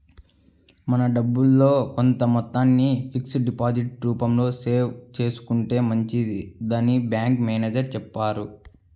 మన డబ్బుల్లో కొంత మొత్తాన్ని ఫిక్స్డ్ డిపాజిట్ రూపంలో సేవ్ చేసుకుంటే మంచిదని బ్యాంకు మేనేజరు చెప్పారు